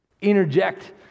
interject